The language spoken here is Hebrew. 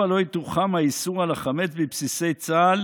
לא יתוחם האיסור על החמץ בבסיס צה"ל